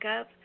up